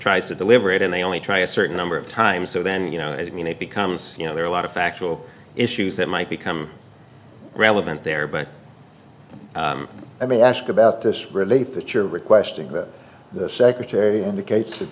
tries to deliver it and they only try a certain number of times so then you know i mean it becomes you know there are a lot of factual issues that might become relevant there buddy i mean ask about this relief that you're requesting that the secretary indicates that